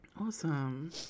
Awesome